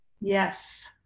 Yes